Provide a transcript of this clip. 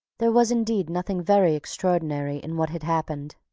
there was indeed nothing very extraordinary in what had happened.